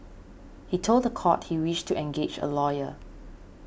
he told the court he wished to engage a lawyer